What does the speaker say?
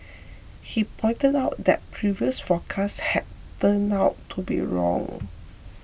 he pointed out that previous forecasts had turned out to be wrong